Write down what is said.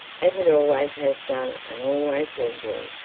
as it always has done and always will